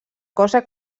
cosa